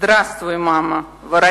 (נושאת דברים בשפה